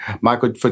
Michael